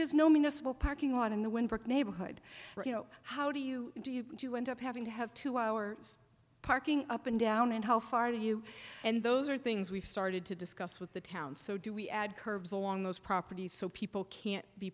there's no municipal parking lot in the windbreak neighborhood you know how do you do you do you end up having to have two hours parking up and down and how far to you and those are things we've started to discuss with the town so do we add curbs along those properties so people can be